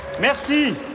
Merci